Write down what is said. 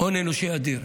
הון אנושי אדיר.